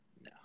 No